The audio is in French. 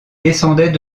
descendaient